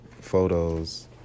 photos